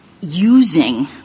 using